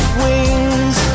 wings